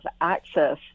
access